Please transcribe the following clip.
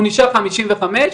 הוא נשאר חמישים וחמש,